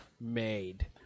made